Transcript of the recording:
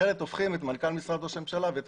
אחרת הופכים את מנכ"ל משרד ראש הממשלה ואת